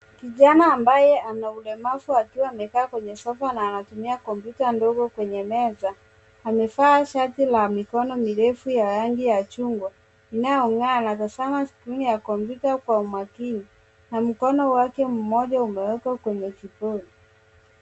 Kijana ambaye ana ulemavu akiwa amekaa kwenye sofa na anatumia kompyuta ndogo kwenye meza. Amevaa shati la mikono mirefu ya rangi ya chungwa inayong'aa. Anatazama skrini ya kompyuta kwa umakini na mkono wake umewekwa kwenye kibodi.